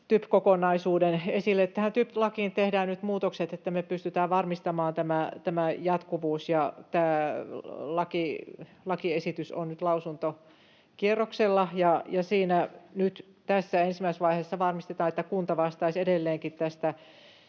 TYP-kokonaisuuden esille. TYP-lakiin tehdään nyt muutokset, jotta me pystytään varmistamaan tämä jatkuvuus. Tämä lakiesitys on nyt lausuntokierroksella, ja siinä nyt ensimmäisessä vaiheessa varmistetaan, että kunta vastaisi edelleenkin